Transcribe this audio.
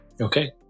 okay